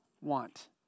want